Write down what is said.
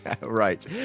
Right